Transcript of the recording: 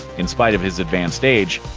in spite of his advanced age,